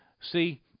see